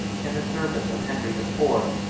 in the service of henry the fourth,